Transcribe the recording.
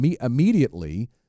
immediately